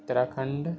Uttarakhand